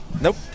Nope